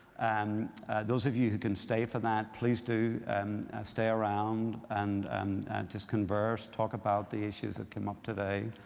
and those of you who can stay for that, please do and stay around and just converse, talk about the issues that came up today.